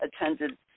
attended